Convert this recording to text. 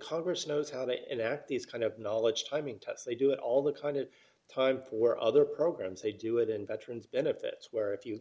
congress knows how that act is kind of knowledge timing tests they do it all the kind of time for other programs they do it in veterans benefits where if you